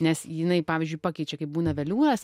nes jinai pavyzdžiui pakeičia kaip būna veliūras